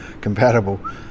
compatible